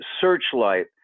searchlight